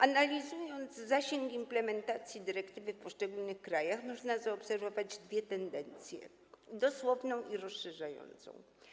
Analizując zasięg implementacji dyrektywy w poszczególnych krajach, można zaobserwować dwie tendencje: dosłowną i rozszerzającą.